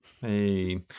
Hey